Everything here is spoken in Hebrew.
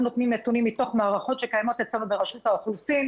אנחנו נותנים נתונים מתוך מערכות שקיימות אצלנו ברשות האוכלוסין.